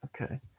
Okay